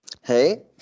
Hey